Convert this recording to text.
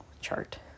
chart